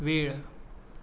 वेळ